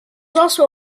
also